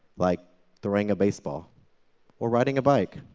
like throwing a baseball or riding a bike.